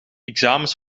examens